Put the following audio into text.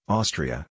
Austria